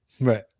Right